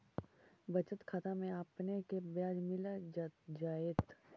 बचत खाता में आपने के ब्याज मिल जाएत